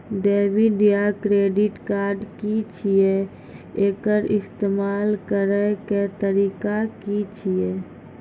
Debit या credit card की छियै? एकर इस्तेमाल करैक तरीका की छियै?